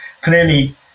Clearly